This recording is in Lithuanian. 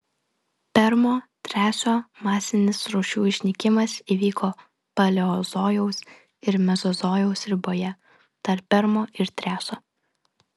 permo triaso masinis rūšių išnykimas įvyko paleozojaus ir mezozojaus riboje tarp permo ir triaso